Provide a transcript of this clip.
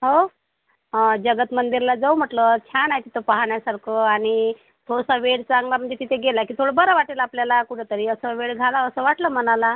हो जगत मंदिरला जाऊ म्हटलं छान आहे तिथं पाहण्यासारखं आणि थोडासा वेळ चांगला म्हणजे तिथे गेला की थोडं बरं वाटेल आपल्याला कुठंतरी असा वेळ घालावासा वाटलं मनाला